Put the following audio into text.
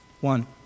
one